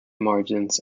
margins